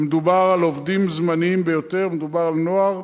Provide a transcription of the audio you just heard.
ומדובר על עובדים זמניים ביותר, מדובר על נוער